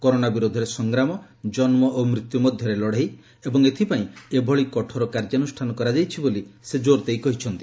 corona ବିରୋଧରେ ସଂଗ୍ରାମ ଜନ୍ମ ଓ ମୃତ୍ୟୁ ମଧ୍ୟରେ ଲଢେଇ ଏବଂ ଏଥିପାଇଁ ଏଭଳି କଠୋର କାର୍ଯ୍ୟାନୁଷ୍ଠାନ କରାଯାଇଛି ବୋଲି ସେ କୋର ଦେଇ କହିଛନ୍ତି